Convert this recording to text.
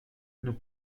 nous